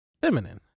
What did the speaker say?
feminine